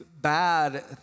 bad